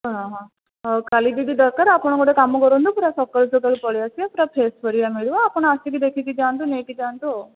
ହଁ ହଁ ହଉ କାଲି ଯଦି ଦରକାର ଆପଣ ଗୋଟେ କାମ କରନ୍ତୁ ପୁରା ସକାଳୁ ସକାଳୁ ପଳେଇଆସିବେ ପୁରା ଫ୍ରେସ୍ ପରିବା ମିଳିବ ଆପଣ ଆସିକି ଦେଖିକି ଯାଆନ୍ତୁ ନେଇକି ଯାଆନ୍ତୁ ଆଉ